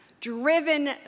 driven